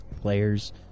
players